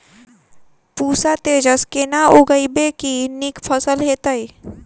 पूसा तेजस केना उगैबे की नीक फसल हेतइ?